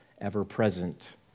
ever-present